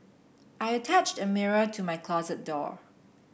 I attached a mirror to my closet door